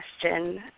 question